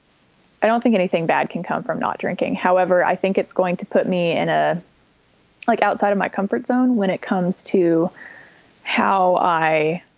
i don't think anything bad can come from not drinking, however. i think it's going to put me in a life like outside of my comfort zone when it comes to how i,